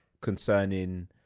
concerning